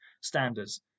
standards